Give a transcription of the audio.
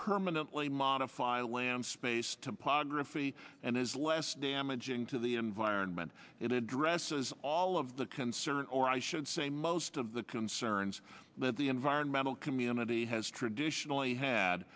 permanently modify land space topography and is less damaging to the environment it addresses all of the concern or i should say most of the concerns that the environmental community has traditionally had